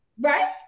right